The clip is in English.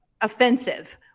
offensive